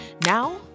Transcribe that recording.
Now